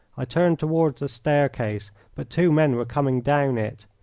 i turned toward the staircase, but two men were coming down it.